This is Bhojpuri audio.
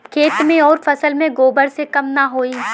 खेत मे अउर फसल मे गोबर से कम ना होई?